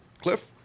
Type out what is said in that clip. cliff